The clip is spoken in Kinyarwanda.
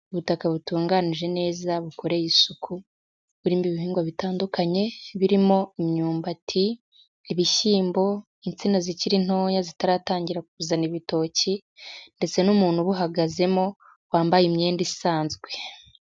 Ubutaka butunganije neza bukoreye isuku, burimo ibihingwa bitandukanye, birimo: imyumbati, ibishyimbo, insina zikiri ntoya zitaratangira kuzana ibitoki, ndetse n'umuntu ubuhagazemo wambaye imyenda isanzwe.